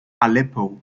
aleppo